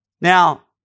Now